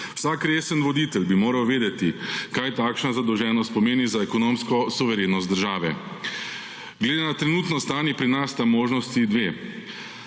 Vsak resen voditelj bi moral vedeti, kaj takšna zadolženost pomeni za ekonomsko suverenost države. Glede na trenutno stanje pri nas sta možnosti dve: